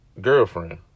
girlfriend